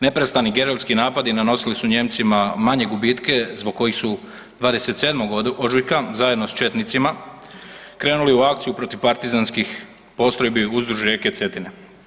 Neprestani gerovski napadi napadali su Nijemcima manje gubitke zbog kojih su 27. ožujka zajedno s četnicima krenuli u akciju protiv partizanskih postrojbi uzduž rijeke Cetine.